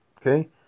Okay